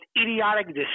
idiotic